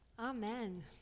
Amen